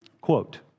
Quote